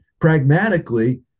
pragmatically